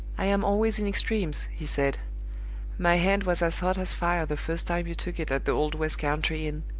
i am always in extremes, he said my hand was as hot as fire the first time you took it at the old west-country inn.